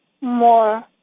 more